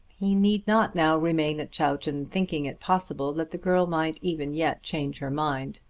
he need not now remain at chowton thinking it possible that the girl might even yet change her mind.